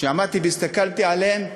כשעמדתי והסתכלתי עליהם,